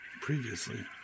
previously